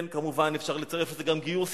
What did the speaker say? כן, כמובן, אפשר לצרף לזה גם גיור סיטוני,